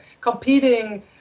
competing